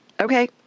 Okay